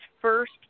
first